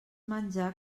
menjar